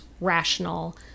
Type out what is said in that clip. rational